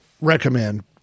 recommend